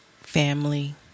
family